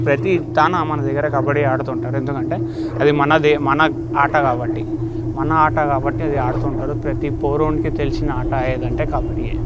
ప్రతితాన మన దగ్గర కబడ్డీ ఆడుతుంటారు ఎందుకంటే అది మనది మన ఆట కాబట్టి మన ఆట కాబట్టి అది ఆడుతుంటారు ప్రతి పౌరునికి తెలిసిన ఆట ఏందంటే కబడ్డీయే